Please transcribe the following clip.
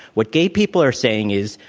what gay people are saying is,